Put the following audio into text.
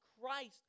Christ